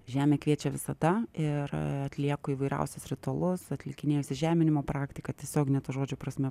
žemė kviečia visata ir atlieku įvairiausius ritualus atlikinėju įsižeminimo praktiką tiesiogine to žodžio prasme